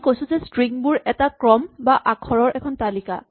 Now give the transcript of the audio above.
আমি কৈছো যে ষ্ট্ৰিং বোৰ এটা ক্ৰম বা আখৰৰ এখন তালিকা